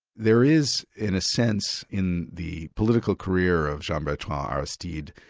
there is in a sense in the political career of jean-bertrand aristide,